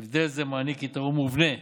הבדל זה מעניק יתרון מובנה